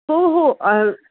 हो हो